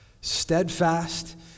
steadfast